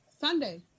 Sunday